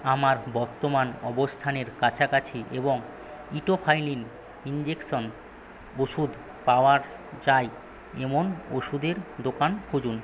আমার বর্তমান অবস্থানের কাছাকাছি এবং ইটোফাইলিন ইনজেকশন ওষুধ পাওয়ার যায় এমন ওষুধের দোকান খুঁজুন